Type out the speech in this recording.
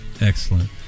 Excellent